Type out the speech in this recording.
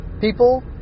people